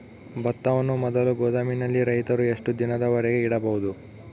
ಭತ್ತವನ್ನು ಮೊದಲು ಗೋದಾಮಿನಲ್ಲಿ ರೈತರು ಎಷ್ಟು ದಿನದವರೆಗೆ ಇಡಬಹುದು?